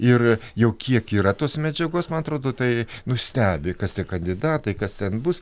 ir jau kiek yra tos medžiagos man atrodo tai nustebę kas tie kandidatai kas ten bus